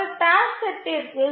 ஒரு டாஸ்க் செட்டிற்கு 0